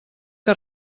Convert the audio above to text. que